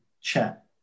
chat